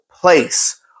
place